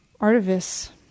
artifice